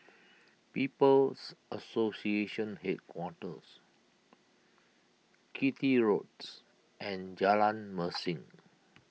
People's Association Headquarters Chitty Roads and Jalan Mesin